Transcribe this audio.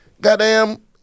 goddamn